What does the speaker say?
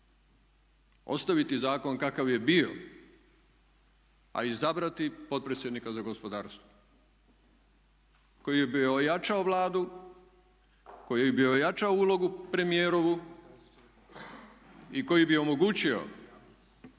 ostaviti zakon kakav je bio a izabrati potpredsjednika za gospodarstvo koji bi ojačao Vladu, koji bi ojačao ulogu premijerovu i koji bi omogućio